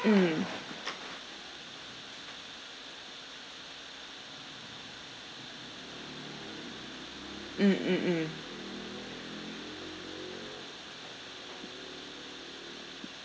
mm mm mm mm